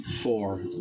Four